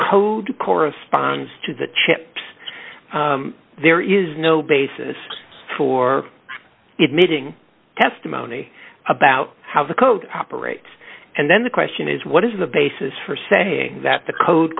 code corresponds to the chips there is no basis for it meeting testimony about how the coat operates and then the question is what is the basis for saying that the code